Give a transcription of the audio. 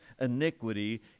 iniquity